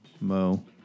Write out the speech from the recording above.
Mo